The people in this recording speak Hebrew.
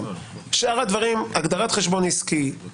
שאר הדברים: הגדרת חשבון עסקי,